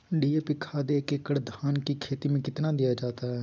DAP खाद एक एकड़ धान की खेती में कितना दीया जाता है?